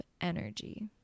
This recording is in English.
energy